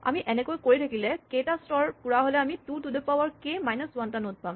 আমি এনেকৈ কৰি থাকিলে কে টা স্তৰ পুৰা হ'লে আমি two to the power K minus one টা নড পাম